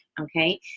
okay